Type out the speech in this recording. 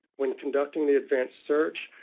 when conducting the advanced search,